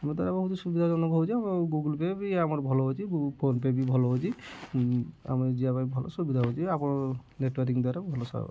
ଆମ ଦ୍ୱାରା ବହୁତ ସୁବିଧା ଜନକ ହେଉଛି ଆମ ଗୁଗଲ୍ ପେ ବି ଆମର ଭଲ ହେଉଛି ଗୁ ଫୋନ୍ପେ ବି ଭଲ ହେଉଛି ଆମେ ଯିବା ପାଇଁ ଭଲ ସୁବିଧା ହେଉଛି ଆପଣର ନେଟୱାର୍କିଙ୍ଗ୍ ଦ୍ୱାରା ଭଲ ସା